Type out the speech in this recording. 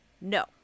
No